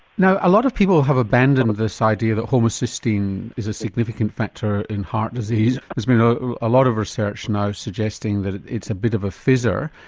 now a lot of people have abandoned this idea that homocysteine is a significant factor in heart disease. there's been a a lot of research now suggesting that it's a bit of a fizzer.